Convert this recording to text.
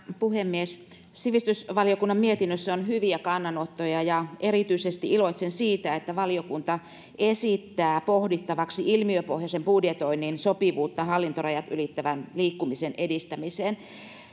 puhemies sivistysvaliokunnan mietinnössä on hyviä kannanottoja erityisesti iloitsen siitä että valiokunta esittää pohdittavaksi ilmiöpohjaisen budjetoinnin sopivuutta hallintorajat ylittävän liikkumisen edistämiseen